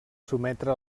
sotmetre